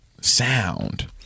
sound